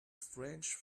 strange